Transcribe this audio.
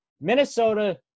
Minnesota